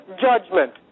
judgment